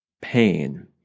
pain